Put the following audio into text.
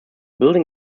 building